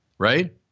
right